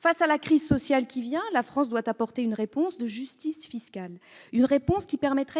Face à la crise sociale qui vient, la France doit apporter une réponse de justice fiscale, afin